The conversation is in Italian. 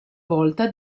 volta